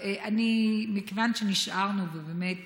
מכיוון שנשארנו, ובאמת